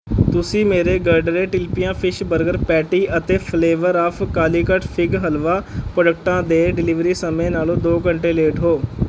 ਤੁਸੀਂ ਮੇਰੇ ਗਰਡਰੇ ਟਿਲਪੀਆ ਫਿਸ਼ ਬਰਗਰ ਪੈਟੀ ਅਤੇ flavour of Calicut fig halwa ਪ੍ਰੋਡਕਟਾਂ ਦੇ ਡਿਲੀਵਰੀ ਸਮੇਂ ਨਾਲੋਂ ਦੋ ਘੰਟੇ ਲੇਟ ਹੋ